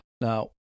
Now